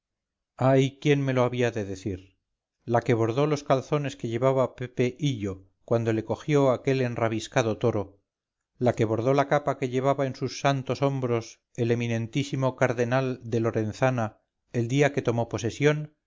ay quién me lo había de decir la que bordó loscalzones que llevaba pepe hillo cuando le cogió aquel enrabiscado toro la que bordó la capa que llevaba en sus santos hombros el eminentísimo cardenal de lorenzana el día que tomó posesión